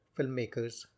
filmmakers